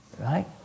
right